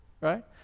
right